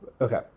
Okay